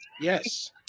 Yes